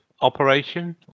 operation